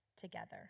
together